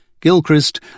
Gilchrist